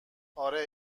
آره